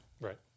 Right